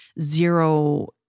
zero